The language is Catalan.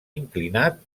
inclinat